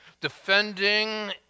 defending